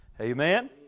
Amen